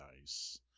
nice